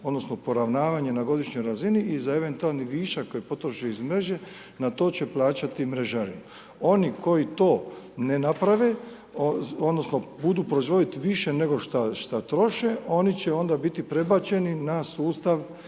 odnosno poravnavanje na godišnjoj razini i za eventualni višak koji potroše iz mreže na to će plaćati mrežarinu. Oni koji to ne naprave odnosno budu proizvodit više nego šta, šta troše oni će onda biti prebačeni na sustav